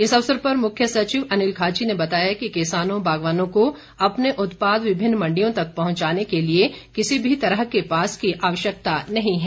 इस अवसर पर मुख्य सचिव अनिल खाची ने बताया कि किसानों बागवानों को अपने उत्पाद विभिन्न मण्डियों तक पहुंचाने के लिए किसी भी तरह के पास की आवश्यकता नहीं है